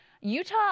Utah